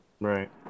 Right